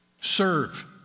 Serve